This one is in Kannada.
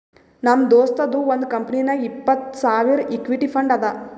ನಮ್ ದೋಸ್ತದು ಒಂದ್ ಕಂಪನಿನಾಗ್ ಇಪ್ಪತ್ತ್ ಸಾವಿರ್ ಇಕ್ವಿಟಿ ಫಂಡ್ ಅದಾ